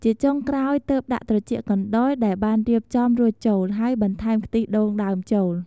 ជាចុងក្រោយ ទើបដាក់ ត្រចៀកកណ្ដុរ ដែលបានរៀបចំរួចចូល ហើយបន្ថែម ខ្ទិះដូងដើមចូល។